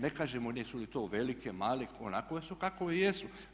Ne kažemo jesu li to velike, male, onakve su kakve jesu.